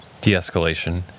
de-escalation